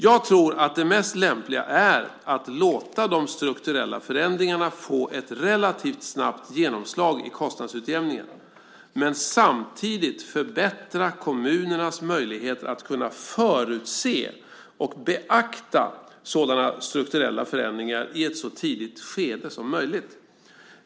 Jag tror att det mest lämpliga är att låta de strukturella förändringarna få ett relativt snabbt genomslag i kostnadsutjämningen men att samtidigt förbättra kommunernas möjligheter att kunna förutse och beakta sådana strukturella förändringar i ett så tidigt skede som möjligt.